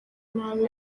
nabi